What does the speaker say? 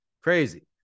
crazy